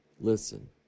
listen